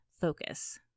focus